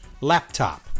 laptop